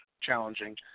challenging